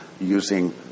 using